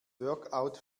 workout